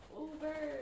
over